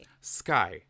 Sky